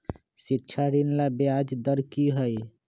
शिक्षा ऋण ला ब्याज दर कि हई?